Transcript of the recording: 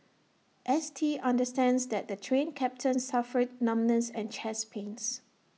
S T understands that the Train Captain suffered numbness and chest pains